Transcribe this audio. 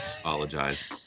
Apologize